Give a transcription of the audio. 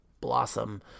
blossom